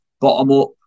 bottom-up